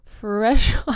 fresh